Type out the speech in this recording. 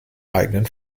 eigenen